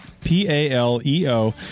P-A-L-E-O